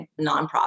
nonprofit